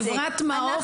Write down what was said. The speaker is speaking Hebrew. חבר'ה,